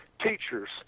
teachers